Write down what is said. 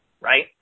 right